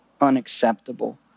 unacceptable